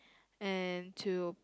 and to